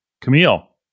Camille